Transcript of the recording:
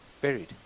Buried